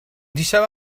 دیشب